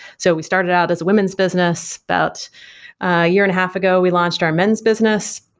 so we started out as women's business. about a year and a half ago, we launched our men's business,